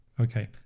Okay